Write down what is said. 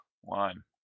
One